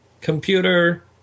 Computer